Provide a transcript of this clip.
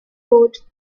wrote